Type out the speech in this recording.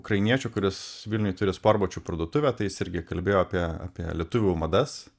ukrainiečiu kuris vilniuj turi sportbačių parduotuvę tai jis irgi kalbėjo apie apie lietuvių madas